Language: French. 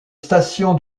station